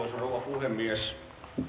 puhemies